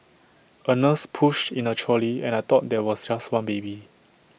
A nurse pushed in the trolley and I thought there was just one baby